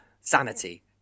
sanity